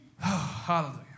Hallelujah